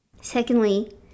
Secondly